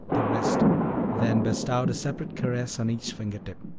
the wrist then bestowed a separate caress on each finger-tip.